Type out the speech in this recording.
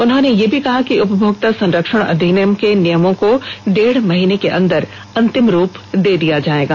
उन्होंने यह भी कहा कि उपभोक्ता संरक्षण अधिनियम के नियमों को डेढ़ माह के अंदर अंतिम रूप दे दिया जाएगा